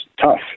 tough